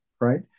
right